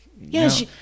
yes